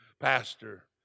pastor